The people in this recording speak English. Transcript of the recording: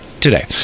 today